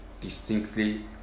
distinctly